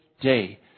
day